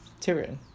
Tyrion